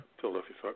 Philadelphia